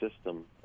system